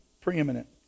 preeminent